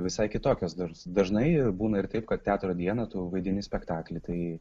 visai kitokios dar dažnai būna ir taip kad teatro dieną tu vaidini spektakly tai